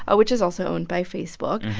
ah which is also owned by facebook.